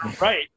Right